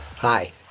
Hi